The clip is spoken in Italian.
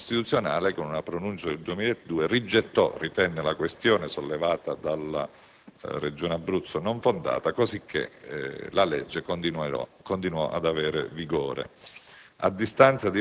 ma la Corte costituzionale, con pronuncia del 2002, rigettò l'istanza ritenendo la questione sollevata dalla Regione Abruzzo non fondata, così che la legge continuò ad avere vigore.